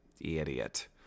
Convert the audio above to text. Idiot